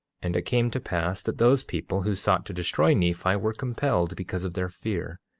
and it came to pass that those people who sought to destroy nephi were compelled because of their fear,